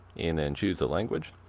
and then chose a language.